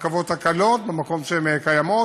לרכבות הקלות במקום שהן קיימות,